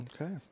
okay